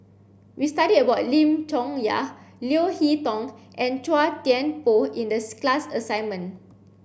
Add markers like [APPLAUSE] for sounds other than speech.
we studied about Lim Chong Yah Leo Hee Tong and Chua Thian Poh in the [UNINTELLIGIBLE] class assignment